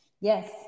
Yes